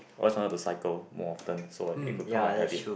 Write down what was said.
always wanted to cycle more often so it could become my habit